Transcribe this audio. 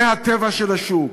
זה הטבע של השוק.